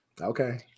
Okay